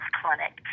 clinic